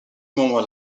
moment